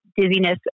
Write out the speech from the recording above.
dizziness